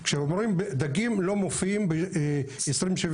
כשאומרים, דגים לא מופיעים ב-20/73,